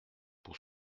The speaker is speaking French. pour